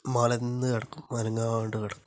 മലര്ന്നുകിടക്കും അനങ്ങാണ്ട് കിടക്കും